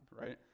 right